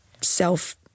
self